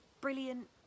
brilliant